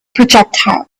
projectile